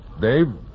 Dave